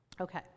Okay